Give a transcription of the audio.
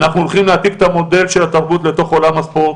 "אנחנו הולכים להעתיק את המודל של התרבות לתוך עולם הספורט,